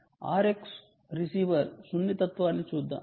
Rx receiver సున్నితత్వాన్ని చూద్దాం